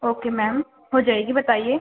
okay ma'am ہو جائے گی بتائیے